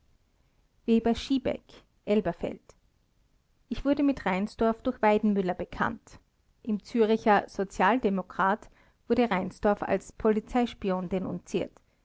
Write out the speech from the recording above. weber schiebeck elberfeld ich wurde mit reinsdorf durch weidenmüller bekannt im züricher sozialdemokrat wurde reinsdorf als polizeispion denunziert